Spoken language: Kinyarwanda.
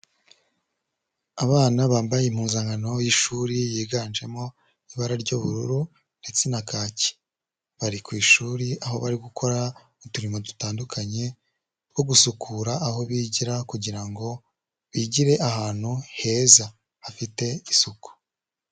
Abana bambaye impuzankano y'ishuri yiganjemo ibara ry'ubururu ndetse na kake, bari ku ishuri aho bari gukora uturimo dutandukanye two gusukura aho bigira, kugira ngo bigire ahantu heza hafite isuku.